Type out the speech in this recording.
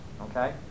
Okay